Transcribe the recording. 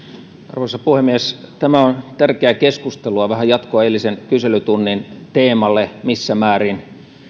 arvoisa puhemies tämä on tärkeää keskustelua vähän jatkoa eilisen kyselytunnin teemalle missä määrin